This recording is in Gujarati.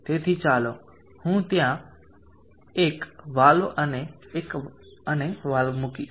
તેથી ચાલો હું ત્યાં એક વાલ્વ અને વાલ્વ મુકીશ